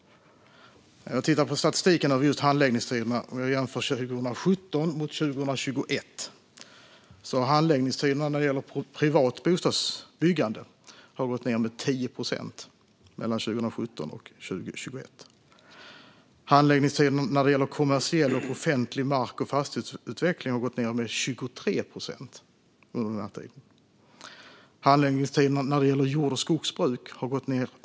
Jag tittar på statistiken över handläggningstiderna och jämför 2017 med 2021. Handläggningstiderna när det gäller privat bostadsbyggande har gått ned med 10 procent. Handläggningstiderna när det gäller kommersiell och offentlig mark och fastighetsutveckling har gått ned med 23 procent, liksom handläggningstiderna gällande jord och skogsbruk.